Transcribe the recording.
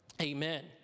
Amen